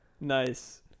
Nice